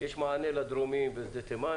יש מענה לדרומיים בשדה תימן,